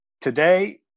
Today